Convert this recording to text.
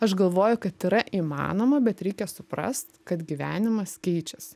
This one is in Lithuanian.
aš galvoju kad yra įmanoma bet reikia suprast kad gyvenimas keičiasi